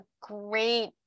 great